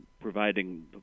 providing